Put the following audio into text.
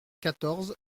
quatorze